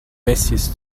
wessis